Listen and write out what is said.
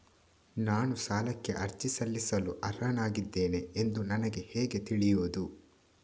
ನಾನು ಸಾಲಕ್ಕೆ ಅರ್ಜಿ ಸಲ್ಲಿಸಲು ಅರ್ಹನಾಗಿದ್ದೇನೆ ಎಂದು ನನಗೆ ಹೇಗೆ ತಿಳಿಯುದು?